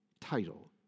title